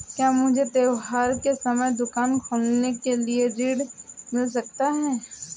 क्या मुझे त्योहार के समय दुकान खोलने के लिए ऋण मिल सकता है?